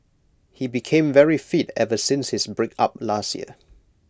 he became very fit ever since his breakup last year